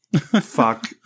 Fuck